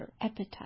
appetite